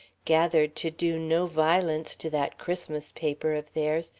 gathered to do no violence to that christmas paper of theirs,